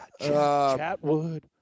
Chatwood